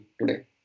today